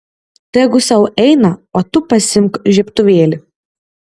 tegu sau eina o tu pasiimk žiebtuvėlį